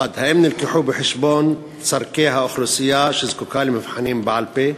1. האם הובאו בחשבון צורכי האוכלוסייה שזקוקה למבחנים בעל-פה?